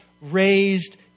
raised